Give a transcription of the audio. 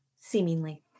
Seemingly